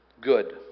good